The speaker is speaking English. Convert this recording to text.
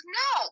no